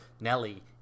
Nelly